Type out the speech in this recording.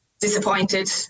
Disappointed